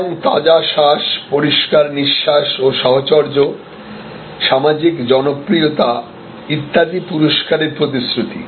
সুতরাং তাজা শ্বাস পরিষ্কার নিঃশ্বাস ও সাহচর্য সামাজিক জনপ্রিয়তা ইত্যাদি পুরষ্কারের প্রতিশ্রুতি